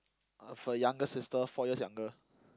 I've a younger sister four years younger